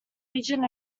religion